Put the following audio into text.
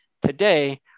today